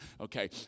Okay